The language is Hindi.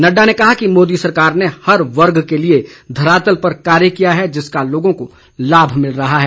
नड्डा ने कहा कि मोदी सरकार ने हर वर्ग के लिए धरातल पर कार्य किया है जिसका लोगों को लाभ मिल रहा है